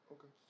Okay